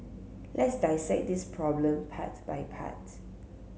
let's dissect this problem part by part